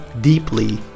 deeply